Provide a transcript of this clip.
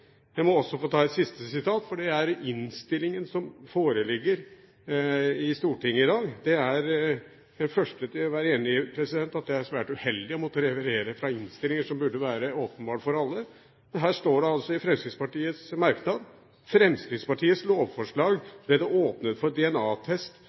Jeg må også få ta et siste sitat, som er i innstillingen som foreligger i Stortinget i dag. Jeg er den første til å være enig i at det er svært uheldig å måtte referere fra innstillingen, som burde være åpenbar for alle. Men her står det altså i Fremskrittspartiets merknad: «I Fremskrittspartiets